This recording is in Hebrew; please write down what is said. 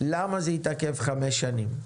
למה זה התעכב חמש שנים,